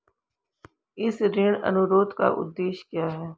इस ऋण अनुरोध का उद्देश्य क्या है?